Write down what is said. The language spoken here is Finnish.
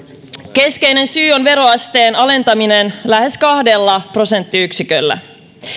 keskeinen syy on veroasteen alentaminen lähes kahdella prosenttiyksiköllä